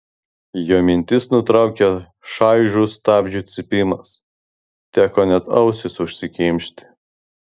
jo mintis nutraukė šaižus stabdžių cypimas teko net ausis užsikimšti